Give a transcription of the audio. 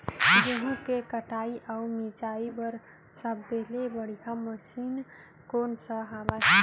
गेहूँ के कटाई अऊ मिंजाई बर सबले बढ़िया मशीन कोन सा हवये?